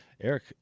eric